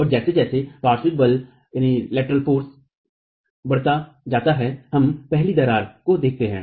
और जैसे जैसे पार्श्व बल बढ़ता जाता है हम पहली दरार को देखते हैं